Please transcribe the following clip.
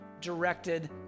directed